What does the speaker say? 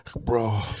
Bro